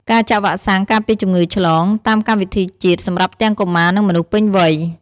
ការចាក់វ៉ាក់សាំងការពារជំងឺឆ្លង តាមកម្មវិធីជាតិ សម្រាប់ទាំងកុមារ និងមនុស្សពេញវ័យ។